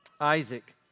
Isaac